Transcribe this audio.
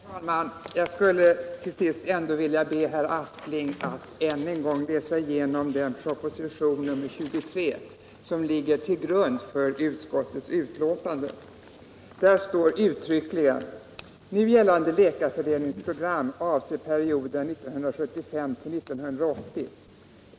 Herr talman! Jag skulle till sist ändå vilja be herr Aspling att än en gång läsa igenom propositionen 23, som ligger till grund för utskottets betänkande. Där står uttrycklingen: ”Nu gällande läkarfördelningsprogram avser perioden 1975-1980.